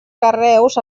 carreus